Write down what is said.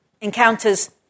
encounters